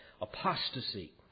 apostasy